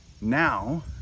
now